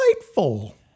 delightful